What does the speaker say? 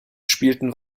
spielten